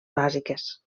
bàsiques